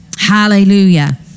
hallelujah